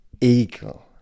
eagle